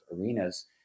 arenas